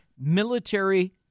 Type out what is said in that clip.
military